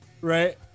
Right